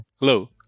Hello